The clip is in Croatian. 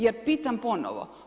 Jer pitam ponovo.